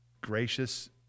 gracious